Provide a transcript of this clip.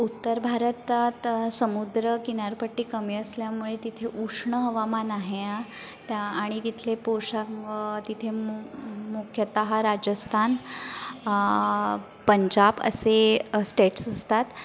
उत्तर भारतात समुद्र किनारपट्टी कमी असल्यामुळे तिथे उष्ण हवामान आहे त्या आणि तिथले पोशाख व तिथे मु मुख्यतः राजस्थान पंजाब असे स्टेट्स असतात